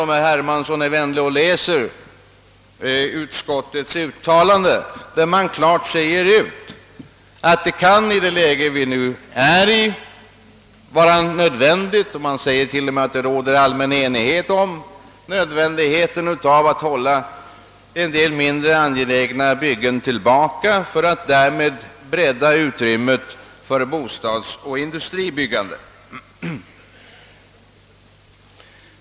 Om herr Hermansson läser utskottets uttalande skall han finna att man klart säger ut att det råder allmän enighet om nödvändigheten av att hålla tillbaka en del mindre angelägna byggen för att därmed bredda utrymmet för bostadsoch industribyggande.